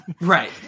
right